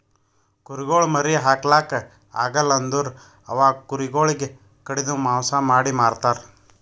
ಕುರಿಗೊಳ್ ಮರಿ ಹಾಕ್ಲಾಕ್ ಆಗಲ್ ಅಂದುರ್ ಅವಾಗ ಕುರಿ ಗೊಳಿಗ್ ಕಡಿದು ಮಾಂಸ ಮಾಡಿ ಮಾರ್ತರ್